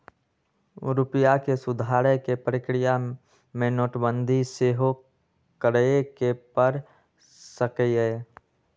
रूपइया के सुधारे कें प्रक्रिया में नोटबंदी सेहो करए के पर सकइय